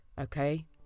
okay